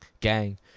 gang